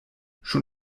schon